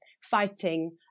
fighting